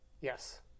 Yes